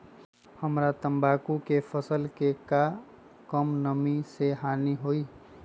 हमरा तंबाकू के फसल के का कम नमी से हानि होई?